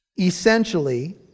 Essentially